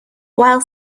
while